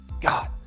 God